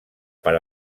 per